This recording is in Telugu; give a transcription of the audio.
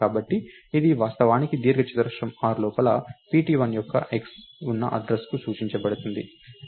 కాబట్టి ఇది వాస్తవానికి దీర్ఘచతురస్రం r లోపల pt1 యొక్క x ఉన్న అడ్డ్రస్ కు సూచించబడుతుంది